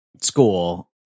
school –